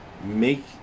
Make